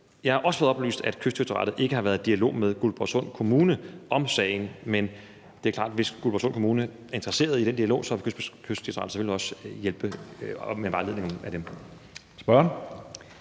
Jeg har også fået oplyst, at Kystdirektoratet ikke har været i dialog med Guldborgsund Kommune om sagen. Men det er klart, at hvis Guldborgsund Kommune er interesseret i den dialog, vil Kystdirektoratet selvfølgelig også hjælpe med vejledning til dem.